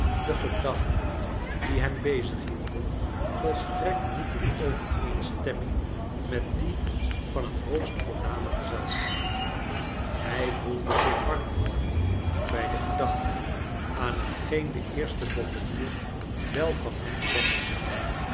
de gedachten die hem bezighielden volstrekt niet in overeenstemming met die van het hoogst voorname gezelschap hrj voelde zich warm worden bij de gedachte aan hetgeen de eerste bottelier wel van hem zeggen zou